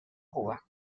cuba